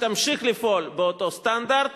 שתמשיך לפעול באותו סטנדרט